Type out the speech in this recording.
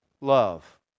love